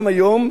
גם היום,